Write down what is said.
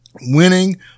Winning